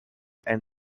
and